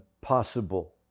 possible